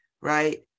right